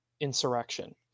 insurrection